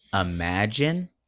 imagine